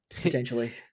potentially